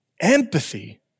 Empathy